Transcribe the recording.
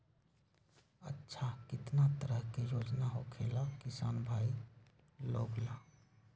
अच्छा कितना तरह के योजना होखेला किसान भाई लोग ला?